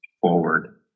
forward